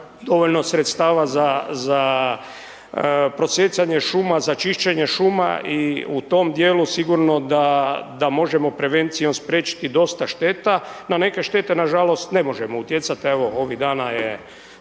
dovoljno sredstava za prosijecanje šuma, za čišćenje šuma i u tom dijelu sigurno da možemo prevencijom spriječiti dosta šteta. No, na neke štete, nažalost, ne možemo utjecati, evo, ovih dana nas